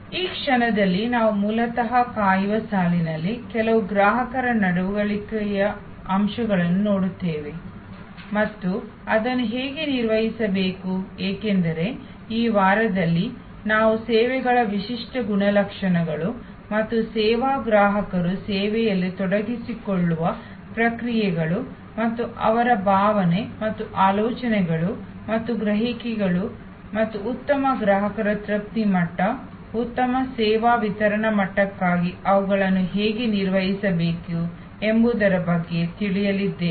ಈ ಕ್ಷಣದಲ್ಲಿ ನಾವು ಮೂಲತಃ ಕಾಯುವ ಸಾಲಿನಲ್ಲಿ ಕೆಲವು ಗ್ರಾಹಕರ ನಡವಳಿಕೆಯ ಅಂಶಗಳನ್ನು ನೋಡುತ್ತಿದ್ದೇವೆ ಮತ್ತು ಅದನ್ನು ಹೇಗೆ ನಿರ್ವಹಿಸಬೇಕು ಏಕೆಂದರೆ ಈ ವಾರದಲ್ಲಿ ನಾವು ಸೇವೆಗಳ ವಿಶಿಷ್ಟ ಗುಣಲಕ್ಷಣಗಳು ಮತ್ತು ಸೇವಾ ಗ್ರಾಹಕರು ಸೇವೆಯಲ್ಲಿ ತೊಡಗಿಸಿಕೊಳ್ಳುವ ಪ್ರಕ್ರಿಯೆಗಳು ಮತ್ತು ಅವರ ಭಾವನೆ ಮತ್ತು ಆಲೋಚನೆಗಳು ಮತ್ತು ಗ್ರಹಿಕೆಗಳು ಮತ್ತು ಉತ್ತಮ ಗ್ರಾಹಕ ತೃಪ್ತಿ ಮಟ್ಟ ಉತ್ತಮ ಸೇವಾ ವಿತರಣಾ ಮಟ್ಟಕ್ಕಾಗಿ ಅವುಗಳನ್ನು ಹೇಗೆ ನಿರ್ವಹಿಸಬೇಕು ಎಂಬುದರ ಬಗ್ಗೆ ತಿಳಿಯಲಿ ಇದ್ದೇವೆ